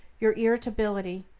your irritability,